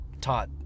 taught